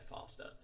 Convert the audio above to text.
faster